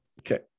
Okay